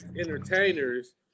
entertainers